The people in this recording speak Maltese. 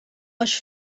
għax